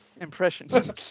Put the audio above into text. Impression